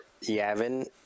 Yavin